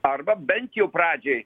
arba bent jau pradžiai